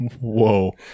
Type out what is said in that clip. Whoa